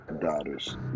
daughters